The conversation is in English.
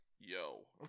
Yo